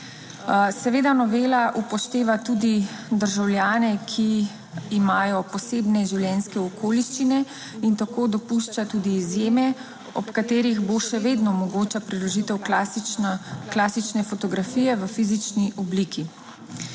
Seveda novela upošteva tudi državljane, ki imajo posebne življenjske okoliščine, in tako dopušča tudi izjeme, ob katerih bo še vedno omogoča preložitev klasične fotografije v fizični obliki.